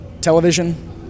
television